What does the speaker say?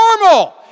normal